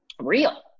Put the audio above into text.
real